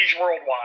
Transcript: Worldwide